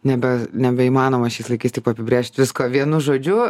nebe nebeįmanoma šiais laikais taip apibrėžti visko vienu žodžiu